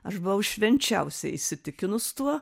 aš buvau švenčiausiai įsitikinus tuo